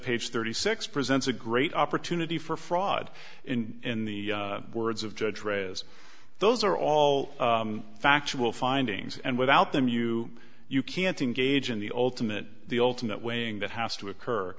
page thirty six presents a great opportunity for fraud in in the words of judge rae as those are all factual findings and without them you can't engage in the ultimate the ultimate weighing that has to